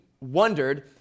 wondered